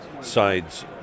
sides